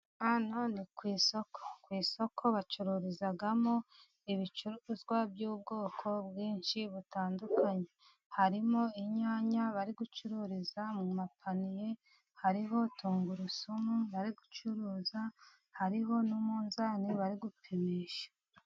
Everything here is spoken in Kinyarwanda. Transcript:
Hano ni ku isoko. Ku isoko bacururizamo ibicuruzwa by'ubwoko bwinshi butandukanye. Harimo inyanya bari gucururiza mu mapaniye. Hariho tungurusumu barigucuruza. Hariho n'umuzani bari gupimisha.